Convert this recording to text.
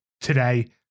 today